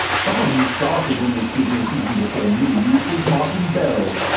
someone who started in this business even before me is martin bell.